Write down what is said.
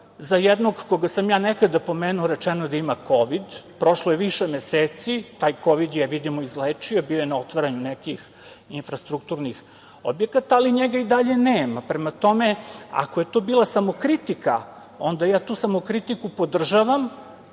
Za jednog koga sam ja nekada pomenuo rečeno je da ima Kovid. Prošlo je više meseci, taj Kovid je, vidimo, izlečio, bio je na otvaranju nekih infrastrukturnih objekata, ali njega i dalje nema. Prema tome, ako je to bila samokritika, onda ja tu samokritiku podržavam,